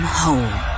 home